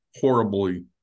horribly